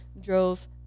drove